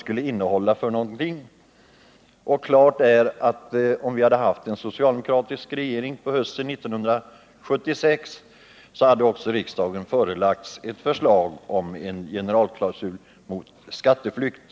Klart är att om vi hade haft en socialdemokratisk regering hösten 1976, hade riksdagen förelagts ett förslag om en generalklausul mot skatteflykt.